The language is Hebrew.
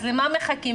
אז למה מחכים?